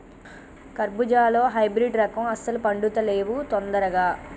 కర్బుజాలో హైబ్రిడ్ రకం అస్సలు పండుతలేవు దొందరగా